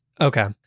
Okay